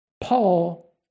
Paul